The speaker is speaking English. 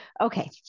Okay